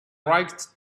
right